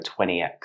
20x